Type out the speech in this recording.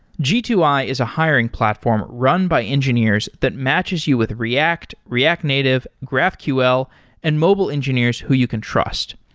g two i is a hiring platform run by engineers that matches you with react, react native, graphql and mobile engineers who you can trust.